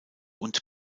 und